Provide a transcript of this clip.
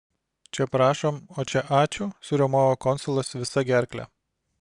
čia prašom o čia ačiū suriaumojo konsulas visa gerkle